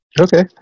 Okay